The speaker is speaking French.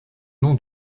nom